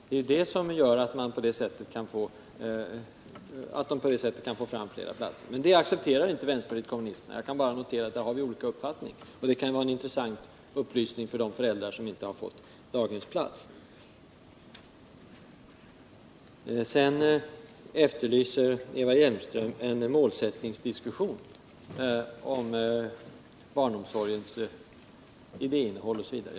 Det är det som gör att de kan få fram flera platser. Men det accepterar inte vänsterpartiet kommunisterna. Där har vi således olika uppfattningar, och det kan vara en intressant upplysning för de föräldrar som inte har fått daghemsplats. Sedan efterlyser Eva Hjelmström en målsättningsdiskussion om barnomsorgens idéinnehåll osv.